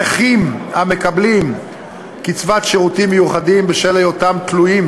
1. נכים המקבלים קצבת שירותים מיוחדים בשל היותם תלויים